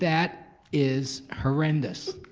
that is horrendous.